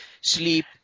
sleep